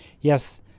Yes